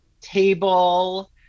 table